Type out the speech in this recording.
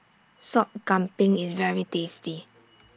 Sop Kambing IS very tasty